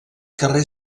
carrer